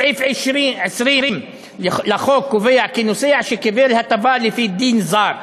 סעיף 20 לחוק קובע כי נוסע שקיבל הטבה לפי דין זר,